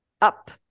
up